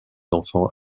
enfants